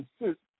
insist